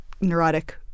neurotic